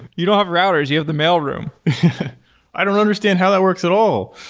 you don't have routers, you have the mailroom i don't understand how that works at all.